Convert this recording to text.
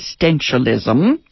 existentialism